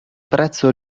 prezzo